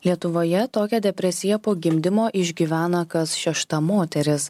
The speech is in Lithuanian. lietuvoje tokią depresiją po gimdymo išgyvena kas šešta moteris